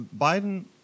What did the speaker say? Biden